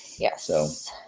Yes